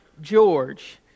George